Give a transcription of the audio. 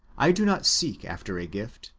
i do not seek after a gift,